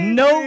no